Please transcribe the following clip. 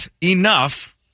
enough